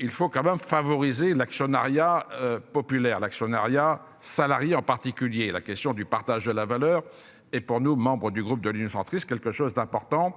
Il faut quand même favoriser l'actionnariat. Populaire l'actionnariat salarié, en particulier la question du partage de la valeur et pour nous, membres du groupe de l'Union centriste, quelque chose d'important